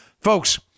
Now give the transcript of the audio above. Folks